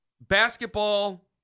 Basketball